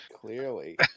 Clearly